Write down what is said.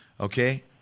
Okay